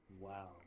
Wow